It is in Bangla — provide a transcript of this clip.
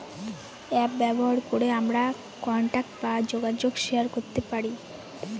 অ্যাপ ব্যবহার করে আমরা কন্টাক্ট বা যোগাযোগ শেয়ার করতে পারি